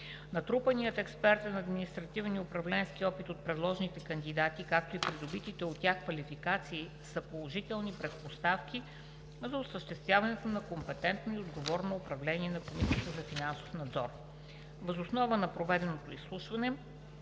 Натрупаният експертен, административен и управленски опит от предложените кандидати, както и придобитите от тях квалификации са положителни предпоставки за осъществяването на компетентно и отговорно управление на Комисията за финансов надзор. Въз основа на проведеното изслушване